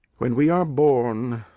when we are born,